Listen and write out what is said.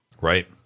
Right